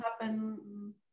happen